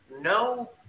no